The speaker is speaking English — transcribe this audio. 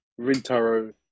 Rintaro